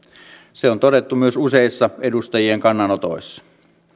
se on todettu myös useissa edustajien kannanotoissa